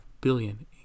billion